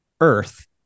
earth